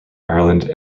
ireland